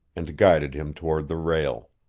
and guided him toward the rail.